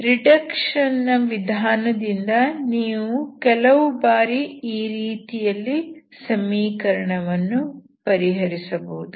reduction ನ ವಿಧಾನ ದಿಂದ ನೀವು ಕೆಲವು ಬಾರಿ ಈ ರೀತಿಯಲ್ಲಿ ಸಮೀಕರಣವನ್ನು ಪರಿಹರಿಸಬಹುದು